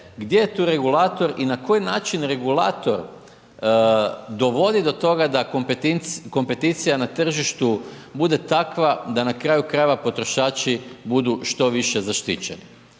gdje je tu regulator i na koji način regulator dovodi do toga kompeticija na tržištu bude takva da na kraju krajeva potrošači budu što više zaštićeni.